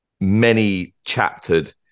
many-chaptered